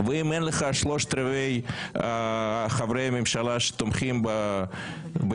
ואם אין לך שלושת רבעי חברי ממשלה שתומכים בנבצרותו